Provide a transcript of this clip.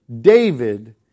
David